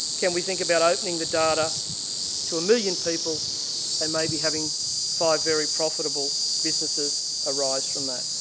can we think about opening the data to a million people and maybe having five very profitable businesses arise from that.